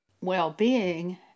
well-being